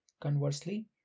Conversely